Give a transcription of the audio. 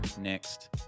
next